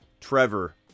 Trevor